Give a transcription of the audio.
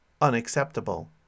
unacceptable